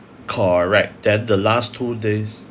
correct then the last two days